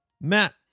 Matt